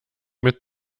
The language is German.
mit